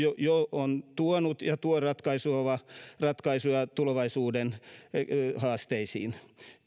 on tuonut ja tuo ratkaisuja ratkaisuja tulevaisuuden haasteisiin